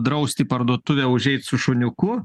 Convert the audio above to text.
draust į parduotuvę užeit su šuniuku